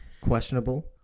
Questionable